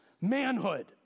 manhood